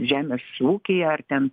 žemės ūkyje ar ten